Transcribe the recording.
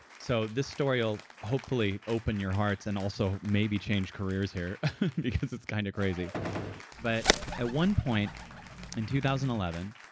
so this story will hopefully open your hearts and also maybe change careers here because it's kind of crazy but at one point in two thousand and eleven,